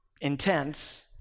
intense